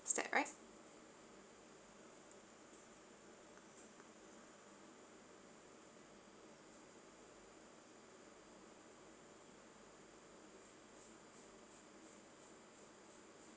is that right